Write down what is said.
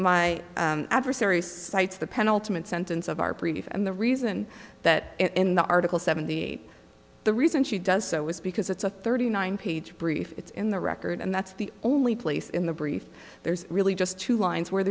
my adversary cites the penultimate sentence of our brief and the reason that in the article seventy eight the reason she does so is because it's a thirty nine page brief it's in the record and that's the only place in the brief there's really just two lines where